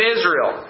Israel